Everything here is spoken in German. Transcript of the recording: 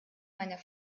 meiner